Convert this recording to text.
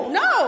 no